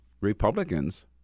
Republicans